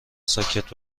ساکت